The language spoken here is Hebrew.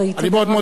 אני מאוד מודה.